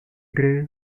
grace